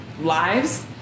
lives